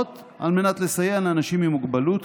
על מנת לסייע לאנשים עם מוגבלות,